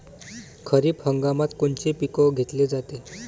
खरिप हंगामात कोनचे पिकं घेतले जाते?